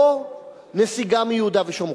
או נסיגה מיהודה ושומרון.